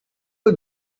you